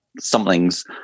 somethings